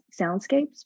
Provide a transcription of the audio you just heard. soundscapes